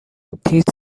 تیتر